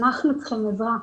אנחנו צריכים עזרה.